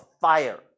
fire